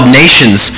nations